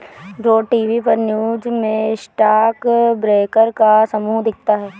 रोज TV पर news में stock broker का समूह दिखता है